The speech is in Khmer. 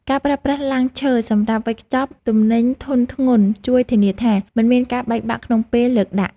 ការប្រើប្រាស់ឡាំងឈើសម្រាប់វេចខ្ចប់ទំនិញធុនធ្ងន់ជួយធានាថា មិនមានការបែកបាក់ក្នុងពេលលើកដាក់។